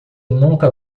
nunca